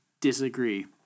Disagree